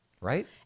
Right